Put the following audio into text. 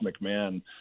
McMahon